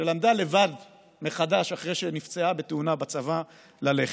שלמדה לבד מחדש, אחרי שנפצעה בתאונה בצבא, ללכת.